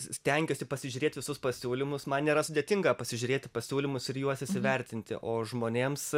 stengiuosi pasižiūrėt visus pasiūlymus man nėra sudėtinga pasižiūrėti pasiūlymus ir juos įsivertinti o žmonėms